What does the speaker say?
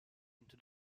into